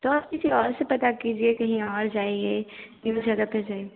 तो आप किसी और से पता कीजिए कहीं और जाइए न्यू जगह पर जाइए